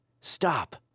Stop